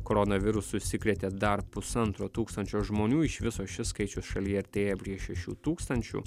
koronavirusu užsikrėtė dar pusantro tūkstančio žmonių iš viso šis skaičius šalyje artėja prie šešių tūkstančių